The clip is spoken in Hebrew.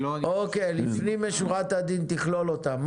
לפנים משורת הדין תכלול אותן.